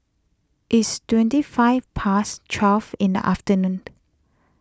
its twenty five past twelve in the afternoon